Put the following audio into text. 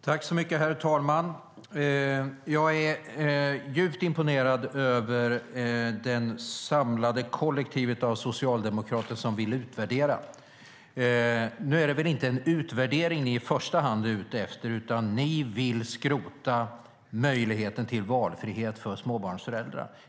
Herr talman! Jag är djupt imponerad över det samlade kollektivet av socialdemokrater som vill utvärdera vårdnadsbidraget. Nu är det väl inte en utvärdering som ni i första hand är ute efter, utan ni vill skrota möjligheten till valfrihet för småbarnsföräldrar.